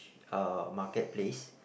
uh market place